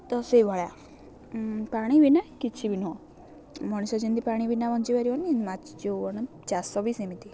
ତ ସେହିଭଳିଆ ପାଣି ବିନା କିଛି ବି ନୁହଁ ମଣିଷ ଯେମିତି ପାଣି ବିନା ବଞ୍ଚିପାରିବନି ମାଛ ଯେଉଁ କ'ଣ ଚାଷ ବି ସେମିତି